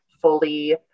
fully